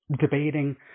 debating